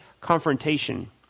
confrontation